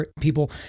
people